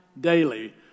daily